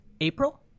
April